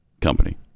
company